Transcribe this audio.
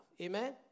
Amen